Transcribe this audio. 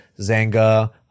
Zanga